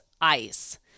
ice